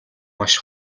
маш